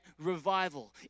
revival